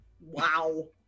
Wow